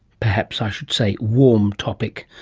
perhaps i should say warm topic.